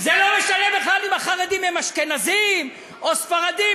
זה לא משנה בכלל אם החרדים הם אשכנזים או ספרדים.